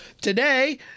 today